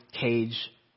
cage